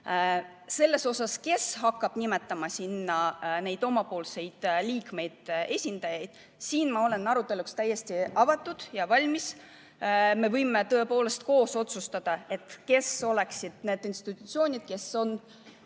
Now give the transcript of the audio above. selles osas, kes hakkab nimetama sinna oma liikmeid, esindajaid – ma olen siin aruteluks täiesti avatud ja valmis. Me võime tõepoolest koos otsustada, kes oleksid need institutsioonid, kes on